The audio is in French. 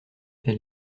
elle